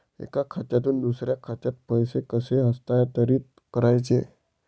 एका खात्यातून दुसऱ्या खात्यात पैसे कसे हस्तांतरित करायचे